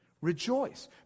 rejoice